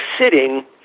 sitting